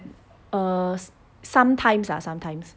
uh sometimes ah sometimes